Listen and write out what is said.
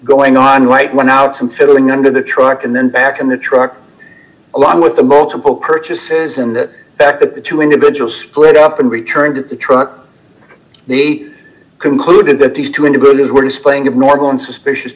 going on white went out some feeling under the truck and then back in the truck along with the multiple purchases in the back that the two individuals split up and returned to the truck the concluded that these two interviews were displaying of normal and suspicious